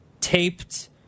taped